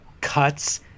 cuts